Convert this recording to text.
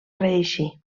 reeixir